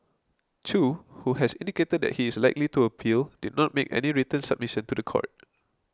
Chew who has indicated that he is likely to appeal did not make any written submission to the court